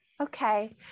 Okay